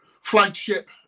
flagship